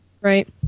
Right